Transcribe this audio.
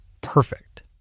perfect